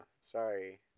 sorry